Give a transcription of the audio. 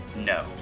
no